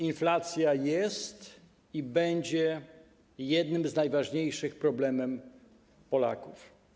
Inflacja jest i będzie jednym z najważniejszych problemów Polaków.